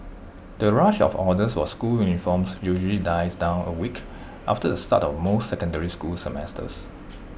the rush of orders for school uniforms usually dies down A week after the start of most secondary school semesters